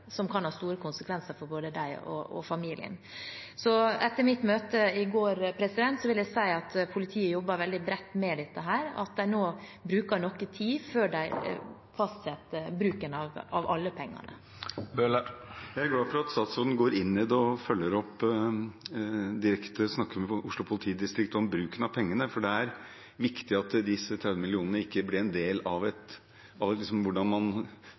som kan ha store konsekvenser for både dem og familien deres. Etter mitt møte i går vil jeg si at politiet jobber veldig bredt med dette, og de vil nå bruke noe tid før de fastsetter bruken av alle pengene. Jeg er glad for at statsråden går inn i det, følger det opp direkte og snakker med Oslo politidistrikt om bruken av pengene, for det er viktig at disse 30 mill. kr ikke blir en del av hvordan man skal håndtere et